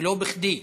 ולא בכדי.